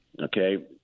okay